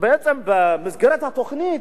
בעצם במסגרת התוכנית,